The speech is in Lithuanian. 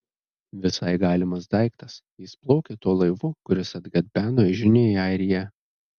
visai galimas daiktas jis plaukė tuo laivu kuris atgabeno žinią į airiją